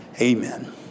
Amen